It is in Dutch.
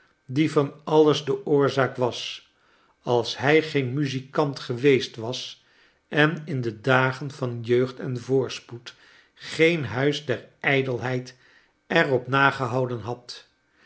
die van alles de oorzaak was als hij geen muzikant geweest was en in de dagen van jeugd en voorspoed geen huis der ijdelheid er op nagehouden had